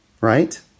right